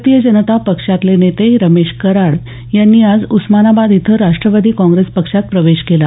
भारतीय जनता पक्षातले नेते रमेश कराड यांनी आज उस्मानाबाद इथं राष्ट्रवादी काँग्रेस पक्षात प्रवेश केला